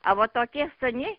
a va tokie seni